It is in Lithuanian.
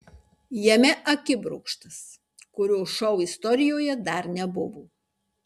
jame akibrokštas kurio šou istorijoje dar nebuvo